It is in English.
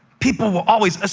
people will always,